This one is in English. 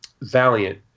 Valiant